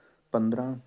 ਪੰਦਰਾਂ